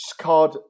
card